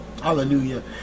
Hallelujah